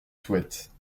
souhaite